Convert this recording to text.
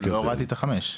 לא הורדתי חמישה.